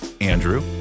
Andrew